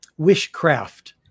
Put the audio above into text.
Wishcraft